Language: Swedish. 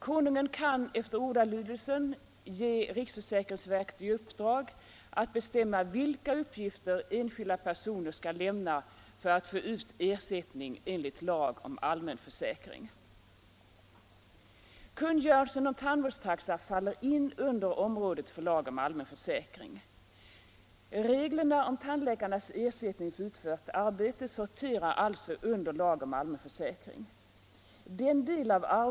Konungen kan efter ordalydelsen ge riksförsäkringsverket i uppdrag att bestämma vilka uppgifter enskilda personer skall lämna för att få ut ersättning enligt lagen om allmän försäkring.